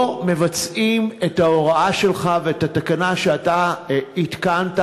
לא מבצעים את ההוראה שלך ואת התקנה שאתה התקנת